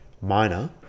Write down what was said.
minor